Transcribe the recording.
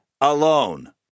alone